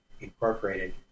Incorporated